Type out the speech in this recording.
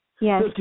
Yes